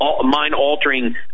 mind-altering